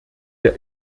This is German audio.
der